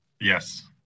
Yes